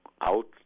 out